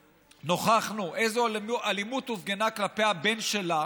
ונוכחנו איזו אלימות הופגנה כלפי הבן שלה